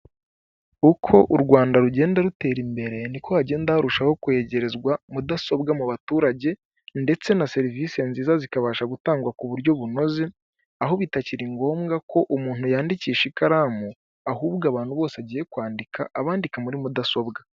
Uko u Rwanda rugenda rutera imbere niko hagenda harushaho kwegerezwa mudasobwa mu baturage, ndetse na serivisi nziza zikabasha gutangwa ku buryo bunoze, aho bitakiri ngombwa ko umuntu yandikisha ikaramu, ahubwo abantu bose agiye kwandika abandika muri mudasobwa.